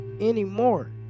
anymore